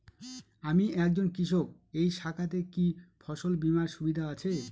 আমি একজন কৃষক এই শাখাতে কি ফসল বীমার সুবিধা আছে?